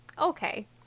Okay